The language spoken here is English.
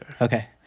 Okay